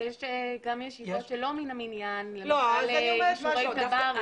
יש גם ישיבות שלא מן המניין כמו אישורי תב"רים.